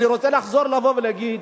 אני רוצה לחזור, לבוא ולהגיד,